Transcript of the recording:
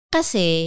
Kasi